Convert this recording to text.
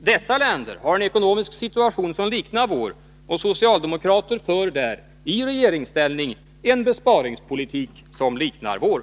Dessa länder har en ekonomisk situation som liknar vår, och socialdemokrater för där i regeringsställning en besparingspolitik som liknar vår.